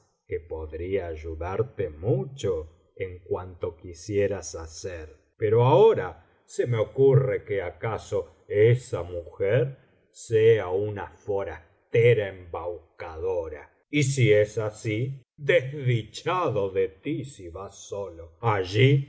que podría ayudarte mucho en cuanto quisieras hacer pero ahora se me ocurre que acaso esa mujer sea una forastera embaucadora y si es biblioteca valenciana generalitat valenciana las mil noches y una noche así desdichado de ti si vas solo allí